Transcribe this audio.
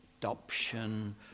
adoption